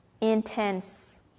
intense